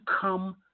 come